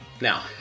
Now